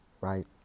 right